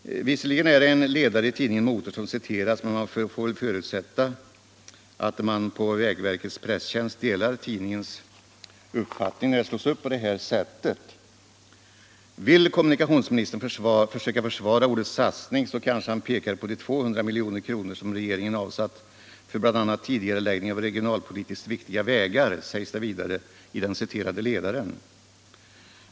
Visserligen är det som sagt en ledare i tidningen Motor som citeras, men man får väl förutsätta att vägverkets presstjänst delar tidningens uppfattning när saken slås upp på det här sättet. ”Vill kommunikationsministern försöka försvara ordet satsning så kan ske han pekar på de 200 milj.kr. som regeringen avsatt för bl.a. tidigareläggning av regionalpolitiskt viktiga vägar”, sägs det vidare i den citerade ledaren.